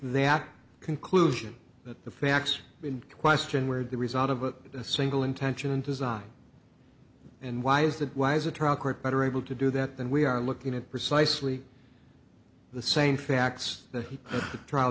that conclusion that the facts in question were the result of a single intention and design and why is that why is a trial court better able to do that than we are looking at precisely the same facts t